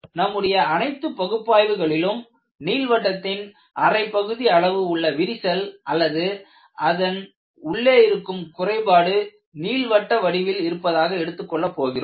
நம்முடைய அனைத்து பகுப்பாய்வுகளிலும் நீள்வட்டத்தின் அரைப்பகுதி அளவு உள்ள விரிசல் அல்லது அதன் உள்ளே இருக்கும் குறைபாடு நீள்வட்ட வடிவில் இருப்பதாக எடுத்துக் கொள்ளப் போகிறோம்